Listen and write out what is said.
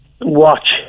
watch